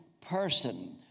person